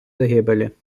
загибелі